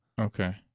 Okay